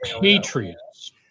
Patriots